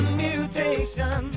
mutation